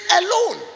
alone